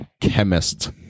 chemist